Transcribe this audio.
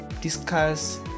discuss